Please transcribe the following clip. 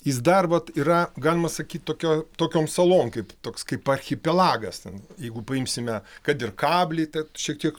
jis dar vat yra galima sakyt tokio tokiom salom kaip toks kaip archipelagas ten jeigu paimsime kad ir kablį te šiek tiek